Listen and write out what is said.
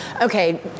Okay